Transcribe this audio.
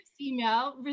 email